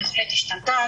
בהחלט השתנתה.